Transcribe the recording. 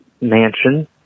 mansion